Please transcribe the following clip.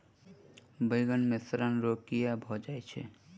बइगन मे सड़न रोग केँ कीए भऽ जाय छै?